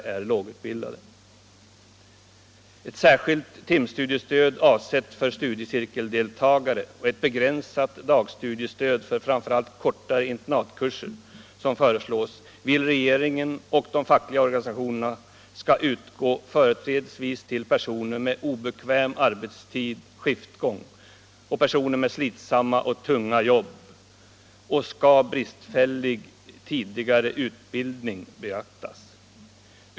Två föreslagna stödformer, ett särskilt timstudiestöd, avsett för studiecirkeldeltagare, och ett begränsat dagstudiestöd, för framför allt kortare internatkurser, vill regeringen och de fackliga organisationerna skall utgå företrädesvis till personer med obekväm arbetstid och i skiftgång samt till personer med slitsamma och tunga arbeten. Brister i tidigare utbildning skall beaktas.